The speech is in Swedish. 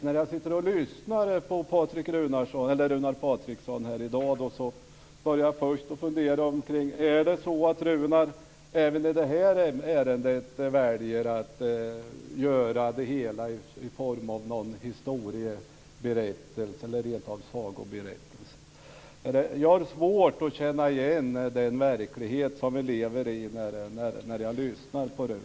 När jag lyssnar på Runar Patriksson här i dag funderar jag över om han även i det här sammanhanget väljer att framföra någon form av historieberättande eller rent av sagoberättande. Jag har svårt att känna igen den verklighet som vi lever i när jag lyssnar på honom.